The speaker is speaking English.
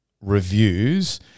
reviews